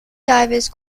divers